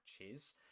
matches